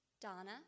Donna